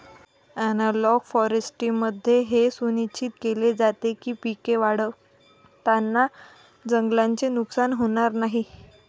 analogue फॉरेस्ट्रीमध्ये हे सुनिश्चित केले जाते की पिके वाढवताना जंगलाचे नुकसान होणार नाही